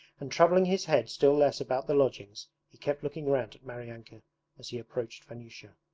and troubling his head still less about the lodgings, he kept looking round at maryanka as he approached vanyusha.